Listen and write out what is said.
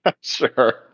Sure